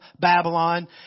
Babylon